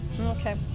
Okay